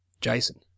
Jason